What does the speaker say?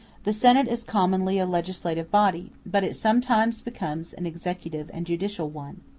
the senate is commonly a legislative body but it sometimes becomes an executive and judicial one.